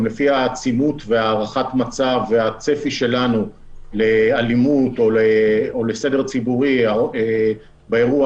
לפי העצימות והערכת המצב והצפי שלנו לאלימות או לסדר ציבורי באירוע,